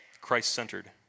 Christ-centered